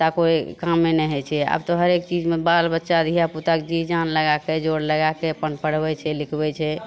ता कोइ कामे नहि होइ छै आब तऽ हरेक चीजमे बाल बच्चा धिया पुताके जी जान लगाके जोड़ लगाके अपन पढ़बै छै लिखबै छै